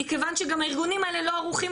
מכיוון שגם הארגונים האלה לא ערוכים,